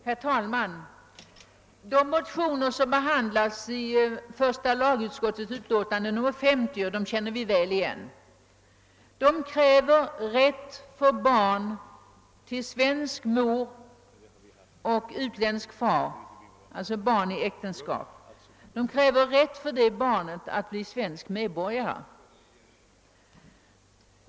Herr talman! De motioner som behandlas i första lagutskottets utlåtande nr 50 känner vi väl igen. I dessa motioner krävs rätt för barn inom äkten skapet till svensk mor och utländsk far att bli svensk medborgare.